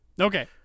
Okay